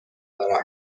دارم